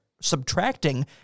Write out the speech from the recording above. subtracting